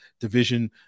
division